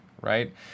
right